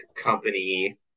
company